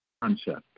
concept